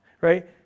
right